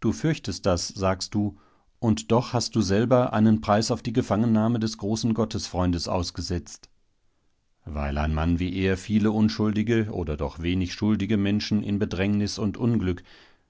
du fürchtest das sagst du und doch hast du selber einen preis für die gefangennahme des großen gottesfreundes ausgesetzt weil ein mann wie er viele unschuldige oder doch wenig schuldige menschen in bedrängnis und unglück